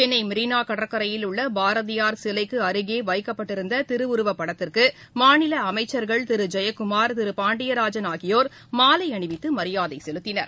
சென்னை மெரினா கடற்கரையில் உள்ள பாரதியார் சிலைக்கு அருகே வைக்கப்பட்டிருந்த திருவுருப்படத்திற்கு மாநில அமைச்சர்கள் திரு ஜெயக்குமார் திரு பாண்டியராஜன் ஆகியோர் மாலை அணிவித்து மரியாதை செலுத்தினர்